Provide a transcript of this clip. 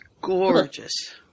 gorgeous